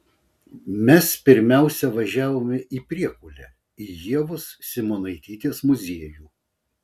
mes pirmiausia važiavome į priekulę į ievos simonaitytės muziejų